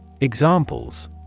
Examples